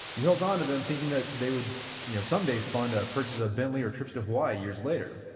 you held on to them that thinking that they would you know someday fund a purchase of a bentley or trips to hawaii years later.